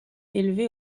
élevé